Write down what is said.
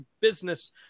business